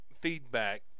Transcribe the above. feedback